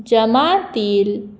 जमातील